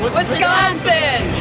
Wisconsin